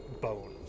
bone